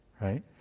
right